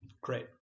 Great